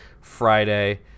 friday